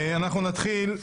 נתחיל.